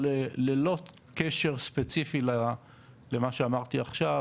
ללא קשר ספציפי למה שאמרתי עכשיו